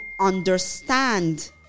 understand